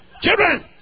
Children